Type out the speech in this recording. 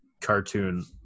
cartoon